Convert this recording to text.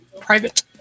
private